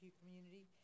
community